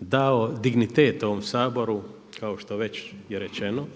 dao dignitet ovom Saboru kao što već je rečeno,